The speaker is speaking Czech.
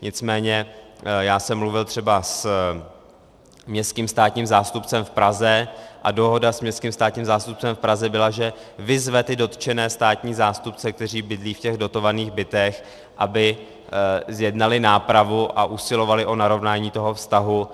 Nicméně já jsem mluvil třeba s městským státním zástupcem v Praze a dohoda s městským státním zástupcem v Praze byla, že vyzve ty dotčené státní zástupce, kteří bydlí v těch dotovaných bytech, aby zjednali nápravu a usilovali o narovnání toho vztahu.